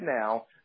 now